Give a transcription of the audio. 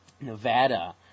Nevada